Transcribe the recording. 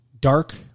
dark